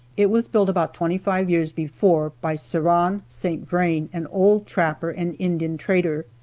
it was built about twenty-five years before, by ceran st. vrain, an old trapper and indian trader.